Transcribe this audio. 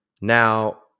now